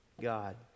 God